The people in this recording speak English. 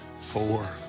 four